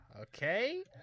Okay